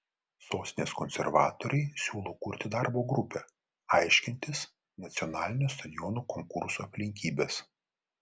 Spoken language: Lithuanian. sostinės konservatoriai siūlo kurti darbo grupę aiškintis nacionalinio stadiono konkurso aplinkybes